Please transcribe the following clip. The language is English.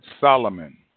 Solomon